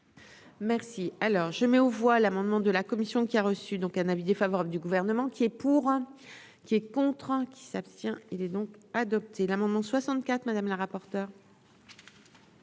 Merci, alors je mets aux voix l'amendement de la commission qui a reçu, donc un avis défavorable du gouvernement qui est pour, qui est contraint qui s'abstient, il est donc adopté l'amendement 64 madame la rapporteure.